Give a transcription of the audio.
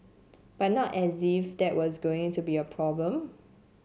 but not as if that was going to be a problem